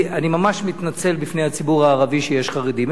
אני ממש מתנצל בפני הציבור הערבי שיש חרדים.